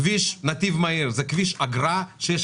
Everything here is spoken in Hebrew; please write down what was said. כביש נתיב מהיר זה כביש אגרה כאשר יש